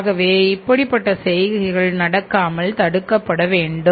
ஆகவே இப்படிப்பட்ட செய்கைகள் நடக்காமல் தடுக்கப்பட வேண்டும்